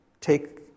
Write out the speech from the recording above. take